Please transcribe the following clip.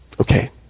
Okay